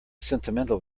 sentimental